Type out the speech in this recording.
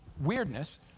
weirdness